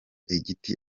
igiti